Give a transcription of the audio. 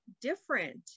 different